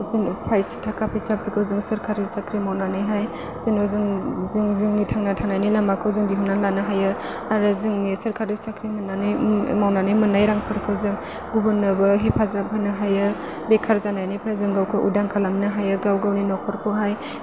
जों एफा एसे थाखा फैसाखौ जों सोरखारि साख्रि मावनानैहाय जोंनो जों जोंनि थांनानै थानायनि लामाखौ जों दिहुननानै लानो हायो आरो जोंनि सोरखारि साख्रि मावनानै मावनानै मोननाय रांफोरखौ जों गुबुननोबो हेफाजाब होनो हायो बेखार जानायनिफ्राय जों गावखौ उदां खालामनो हायो गाव गावनि न'खरखौहाय